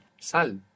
Sal